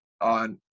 on